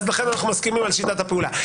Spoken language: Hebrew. לכן, אנחנו מסכימים על שיטת הפעולה.